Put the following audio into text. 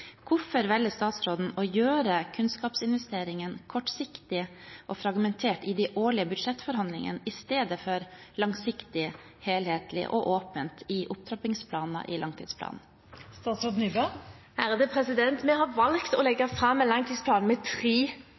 Hvorfor velger statsråden å gjøre kunnskapsinvesteringene kortsiktig og fragmentert i de årlige budsjettforhandlingene, istedenfor langsiktig og helhetlig og åpent i opptrappingsplaner i langtidsplanen? Vi har valgt å legge fram en langtidsplan med tre